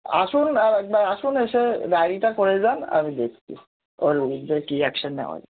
আসুন আর একবার আসুন এসে ডাইরিটা করে যান আমি দেখছি ওর বিরুদ্ধে কী অ্যাকশান নেওয়া যায়